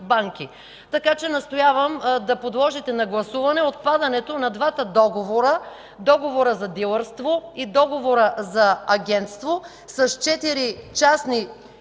банки. Настоявам да подложите на гласуване отпадането на двата договора – Договора за дилърство и Договора за агентство с четири